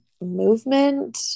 movement